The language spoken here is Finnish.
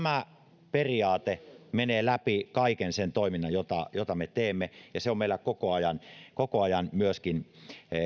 tämä periaate menee läpi kaiken sen toiminnan jota jota me teemme ja se on meillä koko ajan koko ajan myöskin